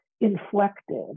inflected